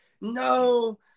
no